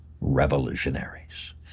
revolutionaries